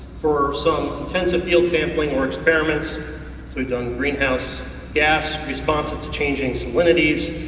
for some intensive field sampling, or experiments, so we've done greenhouse gas responses to changing salinities,